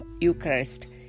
Eucharist